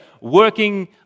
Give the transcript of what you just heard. working